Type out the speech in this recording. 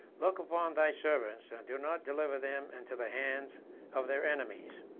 look upon they servants, and do not deliver them into the hands of their enemies.